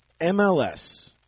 MLS